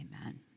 Amen